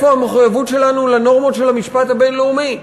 איפה המחויבות שלנו לנורמות של המשפט הבין-לאומי?